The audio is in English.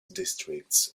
districts